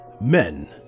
Men